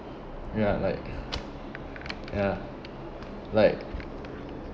ya like ya like